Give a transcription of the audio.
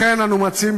לכן אנו מציעים,